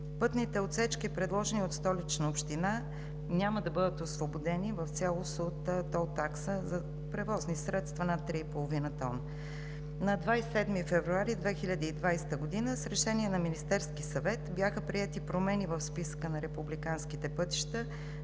Пътните отсечки, предложени от Столична община, няма да бъдат освободени в цялост от тол такса за превозни средства над 3,5 т. На 27 февруари 2020 г. с решение на Министерския съвет бяха приети промени в списъка на републиканските пътища,